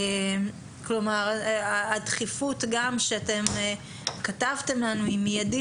כלומר הדחיפות גם שאתם כתבתם לנו היא מיידית